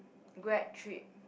grad trip